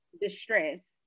distress